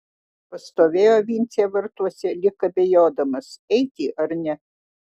pastovėjo vincė vartuose lyg abejodamas eiti ar ne